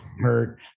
hurt